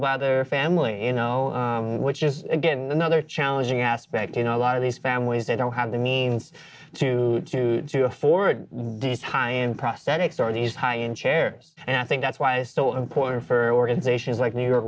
by other family you know which is again another challenging aspect in a lot of these families they don't have the means to do to afford these high end prosthetics or these high end chairs and i think that's why it's so important for organizations like new